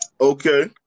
Okay